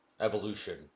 evolution